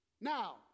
Now